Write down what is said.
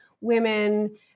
women